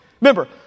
Remember